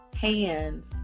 hands